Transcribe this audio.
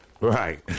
Right